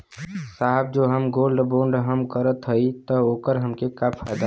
साहब जो हम गोल्ड बोंड हम करत हई त ओकर हमके का फायदा ह?